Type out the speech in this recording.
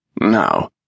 Now